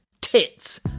tits